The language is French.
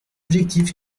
objectif